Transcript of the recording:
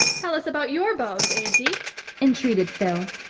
tell us about your beaux, aunty, entreated phil.